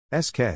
SK